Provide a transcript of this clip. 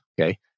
okay